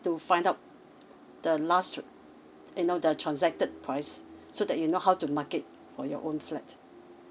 to find out the last you know the transacted price so that you know how to market for your own flat